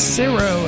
zero